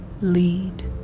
Lead